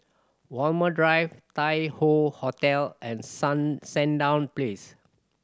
Walmer Drive Tai Hoe Hotel and Sandown Place